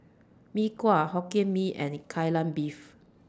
Mee Kuah Hokkien Mee and Kai Lan Beef